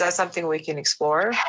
so something we can explore?